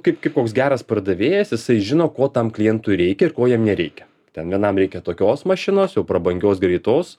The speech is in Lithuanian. kaip koks geras pardavėjas jisai žino ko tam klientui reikia ir ko jam nereikia ten vienam reikia tokios mašinos jau prabangios greitos